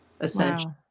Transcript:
essentially